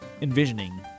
envisioning